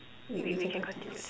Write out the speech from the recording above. wait we can continue this